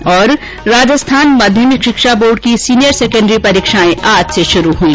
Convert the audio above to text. ्र राजस्थान माध्यमिक शिक्षा बोर्ड की सीनियर सैकेंडरी परीक्षाएं आज से शुरू हई